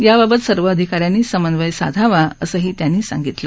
याबाबत सर्व अधिकाऱ्यांनी समन्वय साधावा असंही त्यांनी सांगितलं